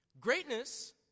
Greatness